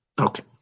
Okay